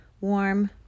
warm